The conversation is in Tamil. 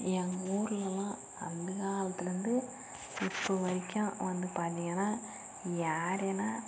எங்கள் ஊரெலலாம் அந்த காலத்திலேருந்து இப்போ வரைக்கும் வந்து பார்த்திங்கன்னா யாருனால்